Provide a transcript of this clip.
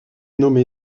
nommé